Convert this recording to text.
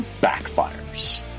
backfires